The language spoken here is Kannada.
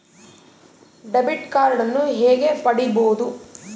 ಡೆಬಿಟ್ ಕಾರ್ಡನ್ನು ಹೇಗೆ ಪಡಿಬೋದು?